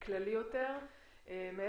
כללי יותר והתפרסנו על תחומים נוספים